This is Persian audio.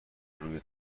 روی